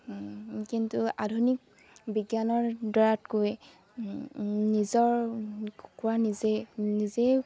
কিন্তু আধুনিক বিজ্ঞানৰ নিজৰ কুকুৰা নিজেই নিজেই